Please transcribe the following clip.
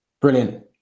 Brilliant